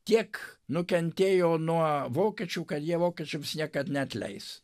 tiek nukentėjo nuo vokiečių kad jie vokiečiams niekad neatleis